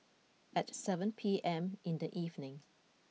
at seven P M in the evening